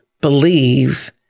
believe